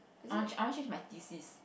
I want change~ I want change my thesis